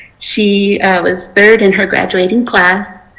she was third and her graduating class.